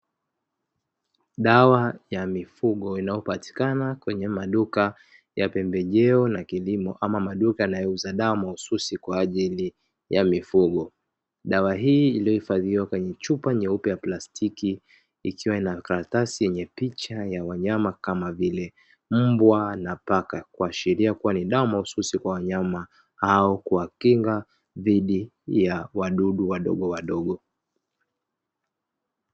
Dawa ya mifugo inayopatikana katika duka la pembejeo la kilimo ama maduka yanayouzwa mahususi kwa ajili ya mifugo. dawa hii imehifadhiwa kwenye chupa nyeupe ya plastiki ikiwa na karatasi yenye picha ya wanyama kama vile mbwa na paka kuashiria kuwa ni dawa mahususi kwa wanyama au kuwakinga dhidi ya wadudu wadogo wadogo.